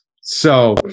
So-